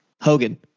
Hogan